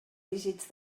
dígits